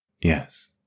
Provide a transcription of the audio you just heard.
Yes